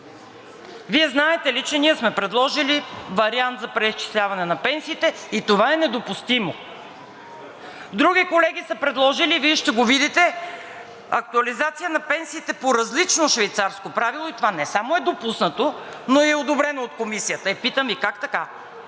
Вие знаете ли, че ние сме предложили вариант за преизчисляване на пенсиите и това е недопустимо. Други колеги са предложили, Вие ще го видите – актуализация на пенсиите по различно швейцарско правило и това не само е допуснато, но и е одобрено от Комисията. Питам: как така?